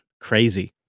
crazy